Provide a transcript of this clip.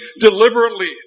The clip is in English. deliberately